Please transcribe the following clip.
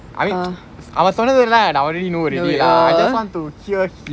I mean அவன் சொன்னதெல்லாம் நா:avan sonnathellam naa already know ready lah just want to hear him